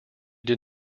did